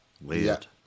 weird